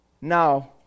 now